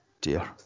dear